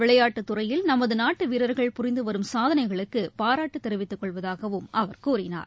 விளையாட்டுத் துறையில் நமதுநாட்டுவீரர்கள் புரிந்துவரும் சாதனைகளுக்குபாராட்டுத் தெரிவித்துக் கொள்வதாகவும் அவர் கூறினார்